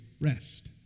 rest